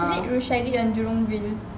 is it rushaidi dari jurong green is it